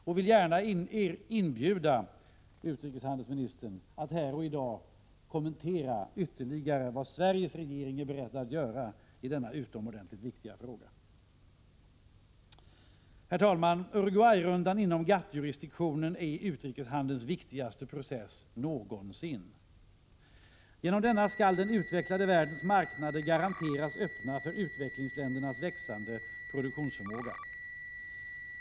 Jag vill gärna inbjuda utrikeshandelsministern att här i dag ytterligare kommentera vad Sveriges regering är beredd att göra i denna utomordentligt viktiga fråga. Herr talman! Uruguayrundan inom GATT:-jurisdiktionen är utrikeshandelns viktigaste process någonsin. Genom denna skall den utvecklade världens marknader garanteras att vara öppna för utvecklingsländernas växande produktionsförmåga.